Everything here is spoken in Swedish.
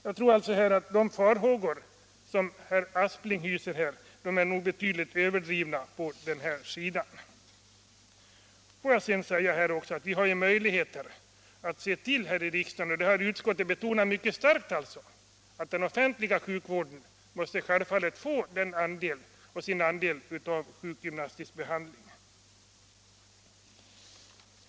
Jag tror alltså att de farhågor som herr Aspling hyser i detta avseende är betydligt överdrivna. Vi har ju möjligheter här i riksdagen att se till —- och det har utskottet betonat mycket starkt — att den offentliga sektorn självfallet måste få sin andel av sjukgymnastbehandlingen.